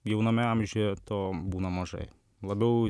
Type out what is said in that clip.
jauname amžiuje to būna mažai labiau